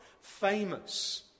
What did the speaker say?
famous